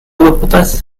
wybodaeth